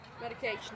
Medication